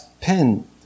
pen